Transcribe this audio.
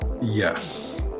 Yes